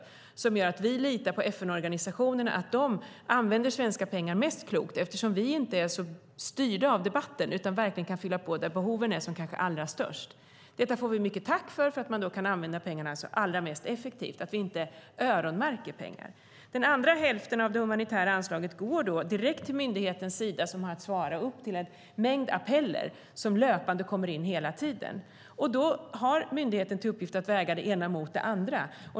Det innebär att vi litar på att FN-organisationerna använder svenska pengar mest klokt, eftersom vi inte är så styrda av debatten utan kan fylla på där behoven är som allra störst. Det får vi mycket tack för, eftersom de då kan använda pengarna allra mest effektivt - att vi inte öronmärker pengarna. Den andra hälften av det humanitära anslaget går direkt till myndigheten Sida, som har att svara upp till en mängd appeller, som löpande kommer in hela tiden. Då har myndigheten till uppgift att väga det ena mot det andra.